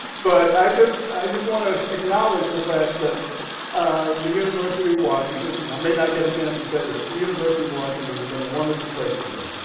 but i just i just want to acknowledge the fact that ah the university of washington, and i may not get a chance to say this, the university of washington has been a wonderful place for me.